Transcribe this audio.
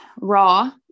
raw